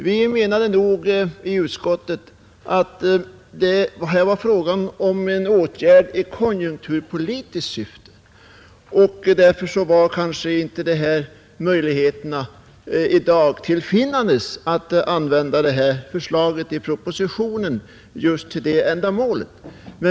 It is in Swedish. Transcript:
Vi menade nog i utskottet att propositionens förslag gällde en åtgärd i konjunkturpolitiskt syfte. Därför var kanske inte i dag möjligheterna till finnandes att använda förslaget i propositionen till det ändamålet.